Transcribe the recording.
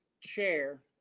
chair